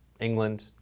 England